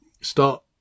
start